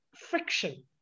friction